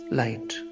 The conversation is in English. light